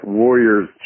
warriors